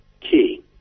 key